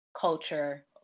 culture